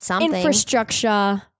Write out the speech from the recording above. Infrastructure